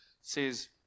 says